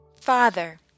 father